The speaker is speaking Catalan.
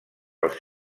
els